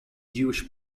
jewish